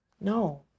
No